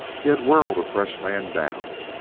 he had whirled a fresh man down,